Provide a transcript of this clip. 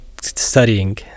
studying